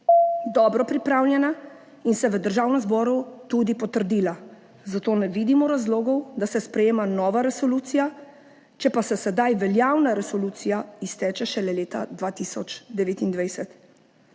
dobro pripravljena in je bila v Državnem zboru tudi potrjena. Zato ne vidimo razlogov, da se sprejema nova resolucija, če pa se sedaj veljavna resolucija izteče šele leta 2029.